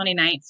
29th